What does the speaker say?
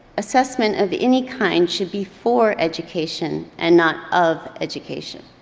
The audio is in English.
assessment of any kind should be for education and not of education.